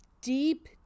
deep